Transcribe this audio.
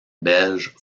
belges